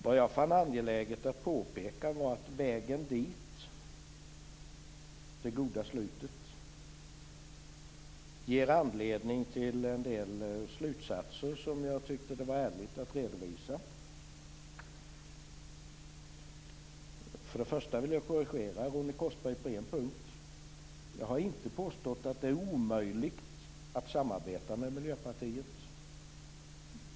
Vad jag fann angeläget att påpeka var att vägen dit, till det goda slutet, ger anledning till en del slutsatser som jag tycker att det är ärligt att redovisa. För det första vill jag korrigera Ronny Korsberg på en punkt. Jag har inte påstått att det är omöjligt att samarbeta med Miljöpartiet.